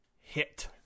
hit